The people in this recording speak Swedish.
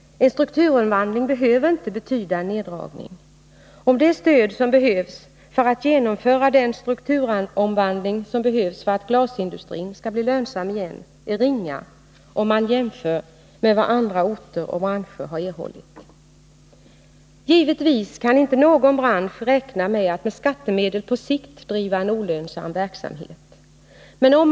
En strukturomvandling behöver inte betyda en neddragning. Och det stöd som behövs för att genomföra den strukturomvandling som är nödvändig för att glasindustrin skall bli lönsam igen är ringa om man jämför med vad andra orter och branscher erhållit. Givetvis kan inte någon bransch räkna med att på sikt driva en olönsam verksamhet med skattemedel.